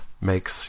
makes